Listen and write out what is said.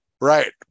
right